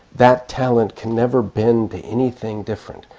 that talent can never bend to anything different,